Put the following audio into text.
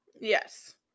Yes